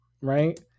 Right